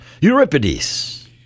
Euripides